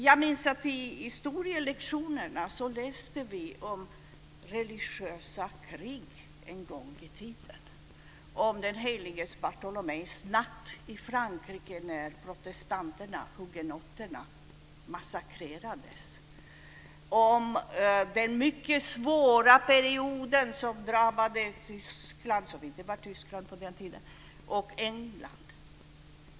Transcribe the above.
Jag minns att vi på historielektionerna läste om religiösa krig en gång i tiden, om den helige Bartolomeus natt i Frankrike när protestanterna, hugenotterna, massakrerades, om den mycket svåra period som drabbade Tyskland, som inte var Tyskland på den tiden, och England.